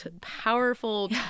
powerful